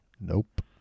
Nope